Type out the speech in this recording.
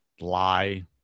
lie